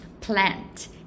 plant